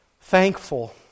thankful